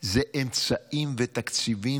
זה אמצעים ותקציבים,